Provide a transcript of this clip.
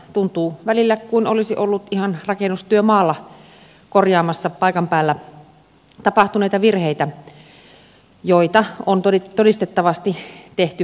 tuntuu välillä kuin olisi ollut ihan rakennustyömaalla korjaamassa paikan päällä tapahtuneita virheitä joita on todistettavasti tehty paljon